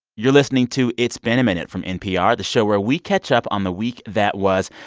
you're listening to it's been a minute from npr, the show where we catch up on the week that was.